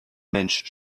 mensch